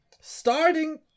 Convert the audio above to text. starting